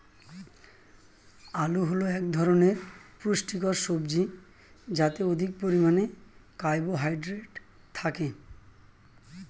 আলু হল এক ধরনের পুষ্টিকর সবজি যাতে অধিক পরিমাণে কার্বোহাইড্রেট থাকে